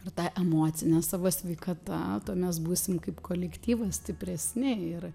ir ta emocine savo sveikata tuo mes būsim kaip kolektyvas stipresni ir